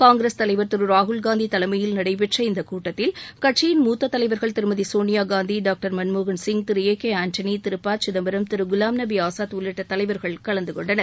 காங்கிரஸ் தலைவர் திரு ராகுல்காந்தி தலைமையில் நடைபெற்ற இந்தக் கூட்டத்தில் கட்சியின் மூத்த தலைவர்கள் Thirumathi Sonia Gandhi doctor Manmohan Singh Thiru A K Antony Thiru P Chidambaram Thiru Ghulam Nabi Azad உள்ளிட்ட தலைவர்கள் கலந்து கொண்டனர்